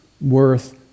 worth